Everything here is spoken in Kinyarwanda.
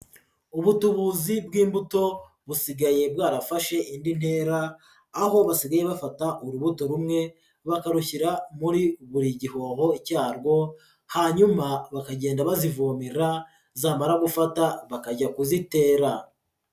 Ubutubuzi bw'imbuto busigaye bwarafashe indi ntera, aho basigaye bafata urubuto rumwe bakarushyira muri buri gihoho cyarwo hanyuma bakagenda bazivomera zamara gufata bakajya kuzitera.